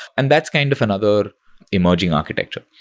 and that's kind of another emerging architecture.